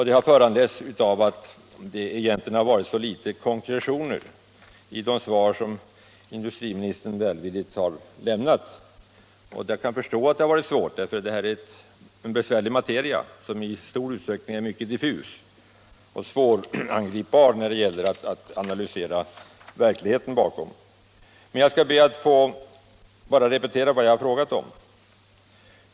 De har föranletts av att det egentligen varit så litet konkretioner i de svar som industriministern välvilligt har lämnat. Jag kan förstå att det varit svårt därför att det här är en besvärlig materia som i stor utsträckning är mycket diffus och svårangripbar när det gäller att analysera den bakomliggande verkligheten. Jag skall be att få repetera vad jag frågat om.